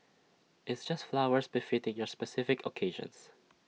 it's just flowers befitting your specific occasions